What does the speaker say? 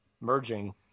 merging